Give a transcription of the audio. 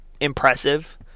impressive